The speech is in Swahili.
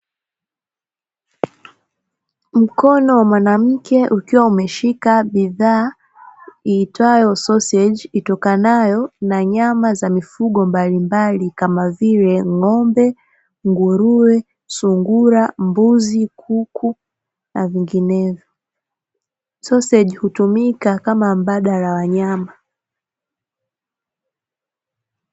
Mkono wa mwanamke ukiwa umeshika bidhaa hiitwayo soseji itokanayo na nyama za mifugo mbalimbali kama vile ng'ombe, nguruwe, sungura, mbuzi, kuku na vinginevyo. Soseji hutumika kama mbadala wa nyama.